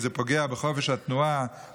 כי זה פוגע בחופש התנועה,